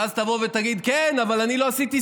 ואז תבוא ותגיד: כן, אבל אני לא עשיתי סגר.